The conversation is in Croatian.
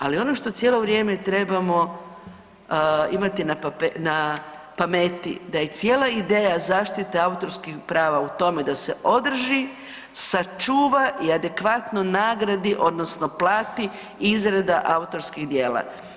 Ali ono što cijelo vrijeme trebamo imati na pameti da je cijela ideja zaštite autorskih prava u tome da se održi, sačuva i adekvatno nagradi odnosno plati izrada autorskih djela.